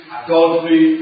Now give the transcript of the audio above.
adultery